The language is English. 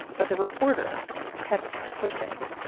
but the reporter kept pushing.